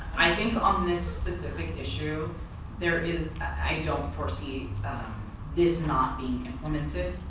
i think on this specific issue there is i don't foresee this not being implemented.